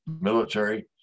military